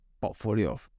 portfolio